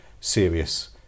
serious